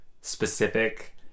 specific